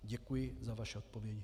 Děkuji za vaše odpovědi.